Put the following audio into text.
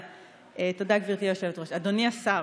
השר,